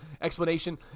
explanation